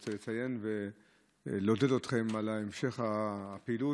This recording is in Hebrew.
רוצה לציין, לעודד אתכם על המשך הפעילות.